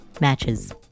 matches